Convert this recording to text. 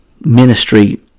ministry